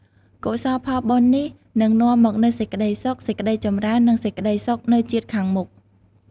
កុសលផលបុណ្យនេះ នឹងនាំមកនូវសេចក្តីសុខ សេចក្តីចម្រើន និងសេចក្តីសុខនៅជាតិខាងមុខ។